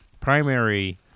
primary